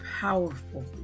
powerful